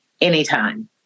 anytime